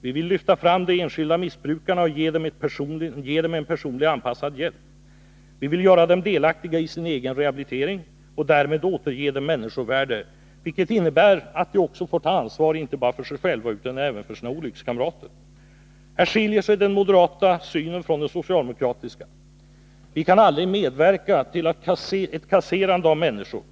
Vi vill lyfta fram de enskilda missbrukarna och ge dem en personligt anpassad hjälp. Vi vill göra dem delaktiga i sin egen rehabilitering och därmed återge dem människovärde, vilket innebär att de också får ta ansvar inte bara för sig själva utan även för sina olyckskamrater. Här skiljer sig den moderata synen från den socialdemokratiska. Vi kan aldrig medverka i ett ”kasserande” av människor.